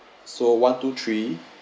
so one two three